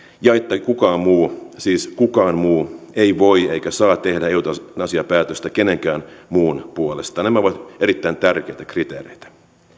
ja että kukaan muu siis kukaan muu ei voi eikä saa tehdä eutanasiapäätöstä kenenkään muun puolesta nämä ovat erittäin tärkeitä kriteereitä